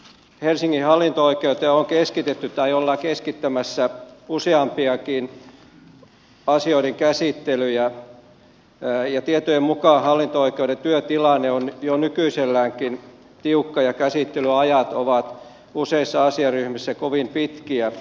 helsingin hallinto oikeuteen on keskitetty tai ollaan keskittämässä useampiakin asioiden käsittelyjä ja tietojen mukaan hallinto oikeuden työtilanne on jo nykyiselläänkin tiukka ja käsittelyajat ovat useissa asiaryhmissä kovin pitkiä